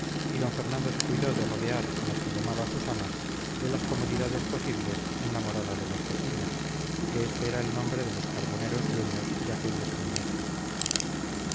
y d fernando se cuidó de rodear a las que llamaba sus amas de las comodidades posibles en la morada de los peciñas que este era el nombre de los carboneros dueños de aquel escondrijo